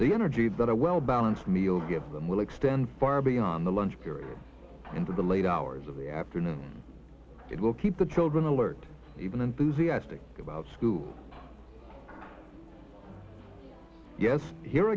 the energy that a well balanced meal give them will extend far beyond the lunch period into the late hours of the afternoon it will keep the children alert even enthusiastic about school yes here